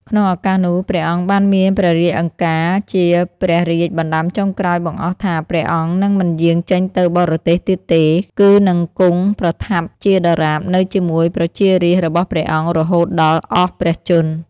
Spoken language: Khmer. ក្នុងឱកាសនោះ ព្រះអង្គបានមានព្រះរាជឱង្ការ ជាព្រះរាជបណ្ដាំចុងក្រោយបង្អស់ថា ព្រះអង្គនឹងមិនយាងចេញទៅបរទេសទៀតទេ គឺនឹងគង់ប្រថាប់ជាដរាបនៅជាមួយប្រជារាស្ត្ររបស់ព្រះអង្គរហូតដល់អស់ព្រះជន្ម។